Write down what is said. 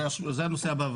זה הנושא הבא.